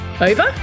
Over